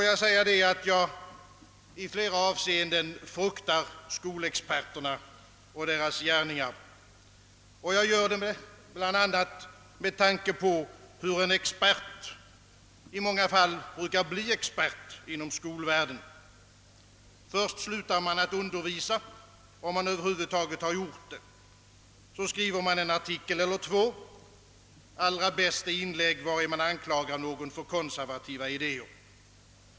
Jag fruktar i flera avseenden skolexperterna och deras gärningar, bl.a. med tanke på hur man i många fall brukar bli expert inom skolvärlden. Först slutar man att undervisa, om man över huvud taget har gjort det. Så skriver man en artikel eller två. Allra bäst är inlägg, vari man anklagar någon för konservativa idéer.